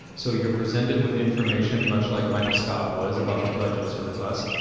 so, you're presented with information much like michael scott was about the budget surplus.